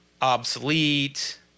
obsolete